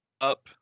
up